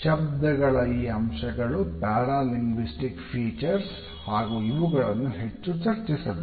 ಶಬ್ದಗಳ ಈ ಅಂಶಗಳು ಪ್ಯಾರಾ ಲಿಂಗ್ವಿಸ್ಟಿಕ್ ಫೀಚರ್ಸ್ ಹಾಗು ಇವುಗಳನ್ನು ಹೆಚ್ಚು ಚರ್ಚಿಸಬೇಕು